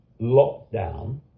lockdown